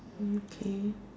okay